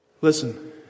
Listen